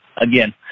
again